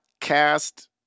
cast